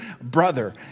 brother